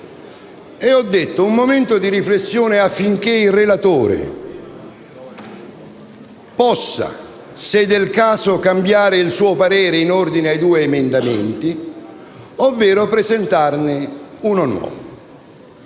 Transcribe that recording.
di un momento di riflessione affinché il relatore potesse, se del caso, cambiare il suo parere in ordine ai due emendamenti, ovvero presentarne uno nuovo.